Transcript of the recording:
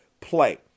play